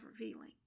revealing